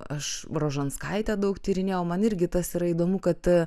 aš rožanskaitę daug tyrinėjau man irgi tas yra įdomu kad